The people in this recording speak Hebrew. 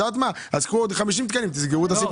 אז קחו עוד 50 תקנים ותסגרו את הסיפור.